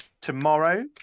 Tomorrow